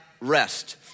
rest